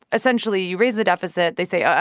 essentially, you raise the deficit. they say,